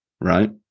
Right